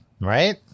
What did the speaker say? Right